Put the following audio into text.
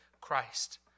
Christ